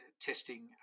testing